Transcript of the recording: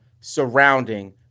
surrounding